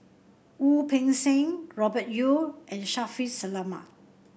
Wu Peng Seng Robert Yeo and Shaffiq Selamat